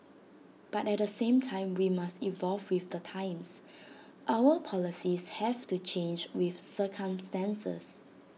but at the same time we must evolve with the times our policies have to change with circumstances